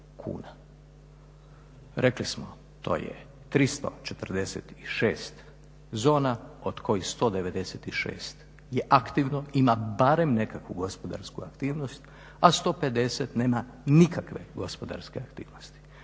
Rekli smo to je 346 zona od kojih 196 je aktivno, ima barem nekakvu gospodarsku aktivnost, a 150 nema nikakve gospodarske aktivnosti.